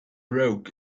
rogue